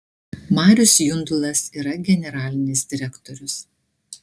marius jundulas yra generalinis direktorius